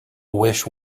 wish